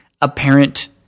apparent